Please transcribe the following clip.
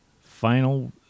final